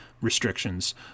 restrictions